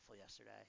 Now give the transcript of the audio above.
yesterday